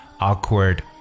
awkward